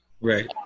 Right